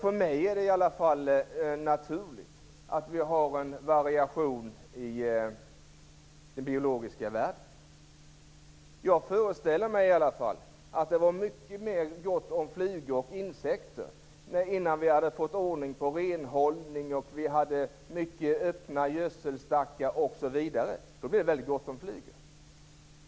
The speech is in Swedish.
För mig är det naturligt att vi har en variation i den biologiska världen. Jag föreställer mig att det fanns mycket mer flugor och insekter innan vi hade fått ordning på renhållning och när vi hade många öppna gödselstackar. Då var det väldigt gott om flugor.